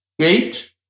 eight